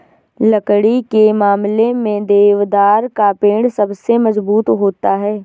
लकड़ी के मामले में देवदार का पेड़ सबसे मज़बूत होता है